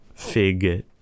Fig